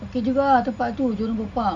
okay juga ah tempat tu jurong bird park